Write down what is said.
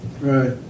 Right